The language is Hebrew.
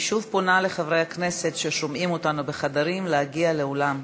אני שוב פונה לחברי הכנסת ששומעים אותנו בחדרים להגיע לאולם.